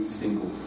single